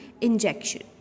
injection